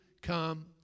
come